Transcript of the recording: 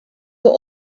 for